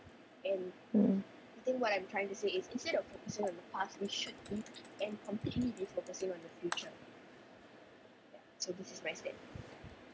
mm